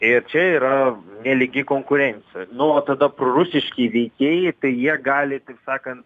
ir čia yra nelygi konkurencija nu o tada prorusiški veikėjai tai jie gali taip sakant